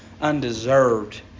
undeserved